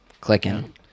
clicking